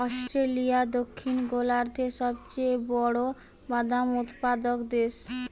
Australia দক্ষিণ গোলার্ধের সবচেয়ে বড় বাদাম উৎপাদক দেশ